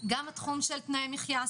גם התחום של תנאי מחיה,